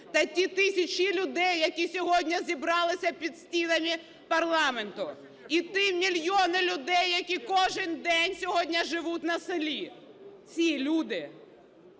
та тисячі людей, які сьогодні зібралися під стінами парламенту, і ті мільйони людей, які кожен день сьогодні живуть на селі, ці люди